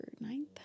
ninth